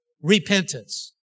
repentance